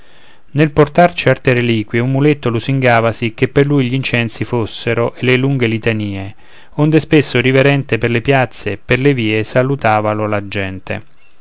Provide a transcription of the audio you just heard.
nel portar certe reliquie un muletto lusingavasi che per lui gl'incensi fossero e le lunghe litanie onde spesso riverente per le piazze per le vie salutavalo la gente